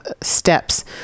steps